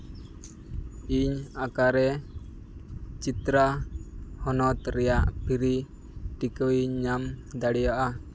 ᱤᱧ ᱚᱠᱟᱨᱮ ᱪᱟᱛᱨᱟ ᱦᱚᱱᱚᱛ ᱨᱮᱭᱟᱜ ᱯᱷᱨᱤ ᱴᱤᱠᱟᱹᱧ ᱧᱟᱢ ᱫᱟᱲᱮᱭᱟᱜᱼᱟ